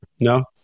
No